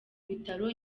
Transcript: bitaro